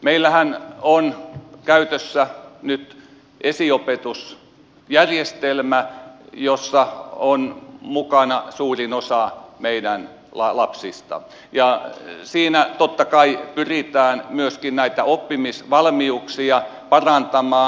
meillähän on käytössä nyt esiopetusjärjestelmä jossa on mukana suurin osa meidän lapsista ja siinä totta kai pyritään myöskin näitä oppimisvalmiuksia parantamaan